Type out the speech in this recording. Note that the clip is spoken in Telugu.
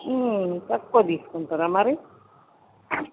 తక్కువ తీసుకుంటారా మరి